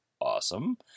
awesome